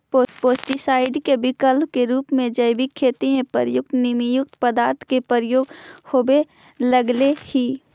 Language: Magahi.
पेस्टीसाइड के विकल्प के रूप में जैविक खेती में प्रयुक्त नीमयुक्त पदार्थ के प्रयोग होवे लगले हि